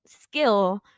skill